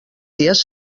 dies